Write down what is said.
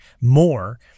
more